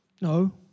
No